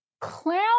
clown